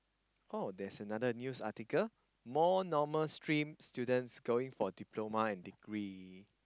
oh there's another news article more normal stream students going for diploma and degree